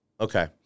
Okay